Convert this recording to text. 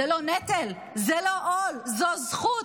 זה לא נטל, זה לא עול, זו זכות,